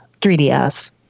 3DS